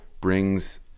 brings